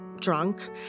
drunk